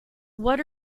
what